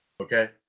Okay